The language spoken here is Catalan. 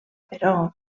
però